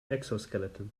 exoskeleton